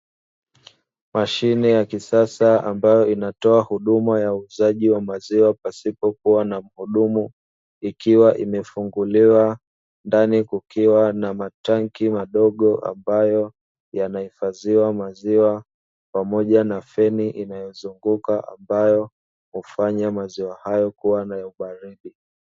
Mashine ya kisasa ambayo inatoa huduma ya uuzaji wa maziwa pasipokua na mhudumu, ikiwa imefunguliwa ndani kukiwa na matanki madogo ambayo yanayohifadhiwa maziwa, pamoja na feni inayozunguka ambayo hufanya maziwa hayo kua na ubaridi.